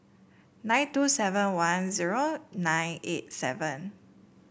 nine two seven one zero nine eight seven